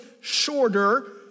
shorter